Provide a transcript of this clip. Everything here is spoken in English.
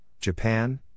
Japan